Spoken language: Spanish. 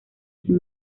sin